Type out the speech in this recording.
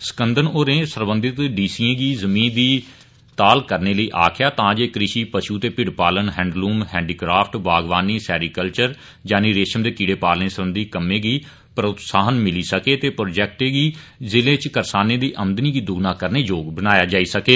सकंदन होरें सरबंधत डी सीए गी जमीं दी ताल करने लेई आक्खेया तां जे कृषि पशु ते भिडड पालन हैंडलूम हैंडीक्राफ्ट बागवानी सैरीकल्वर यानि रेशम दे कीड़े पालने सरबंधी कम्मै गी प्रोत्साहन मिली सकै ते प्रौजेक्टें गी जिले इच करसानें दी आमदनी गी दुगाना करने योग बनाया जाई सकै